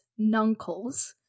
nuncles